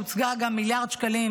הוצגו גם מיליארד שקלים,